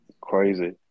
crazy